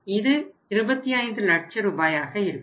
இது 25 லட்ச ரூபாயாக இருக்கும்